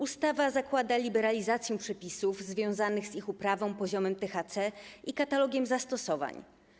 Ustawa zakłada liberalizację przepisów związanych z ich uprawą, poziomem THC i katalogiem zastosowań.